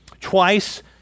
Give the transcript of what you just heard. Twice